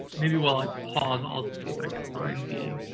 maybe while i pause, i'll see if i can find the